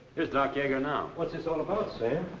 here's doc yager now. what's this all about, sam?